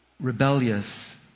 rebellious